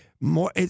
more